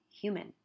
human